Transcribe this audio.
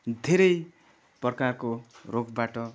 धेरै प्रकारको रोगबाट